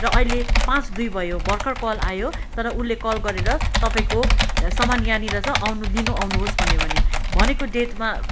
र अहिले पाँच दुई भयो भर्खर कल आयो तर उसले कल गरेर तपाईँको सामान यहाँनिर छ आउनु लिनु आउनुहोस् भन्यो भने भनेको डेटमा